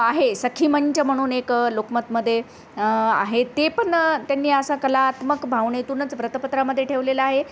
आहे सखीमंच म्हणून एक लोकमतमध्ये आहे ते पण त्यांनी असा कलात्मक भावनेतूनच वृत्तपत्रामध्ये ठेवलेला आहे